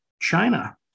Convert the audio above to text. China